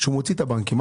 שמוציא את הבנקים.